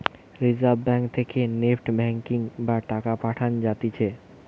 reserve bank থেকে NEFT banking বা টাকা পাঠান যাতিছে